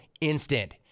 instant